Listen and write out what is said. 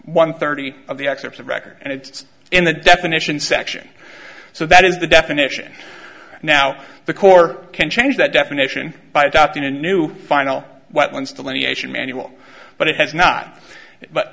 one thirty of the excerpts of record and it's in the definition section so that is the definition now the corps can change that definition by adopting a new final wetlands delineation manual but it has not but